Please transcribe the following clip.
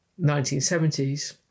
1970s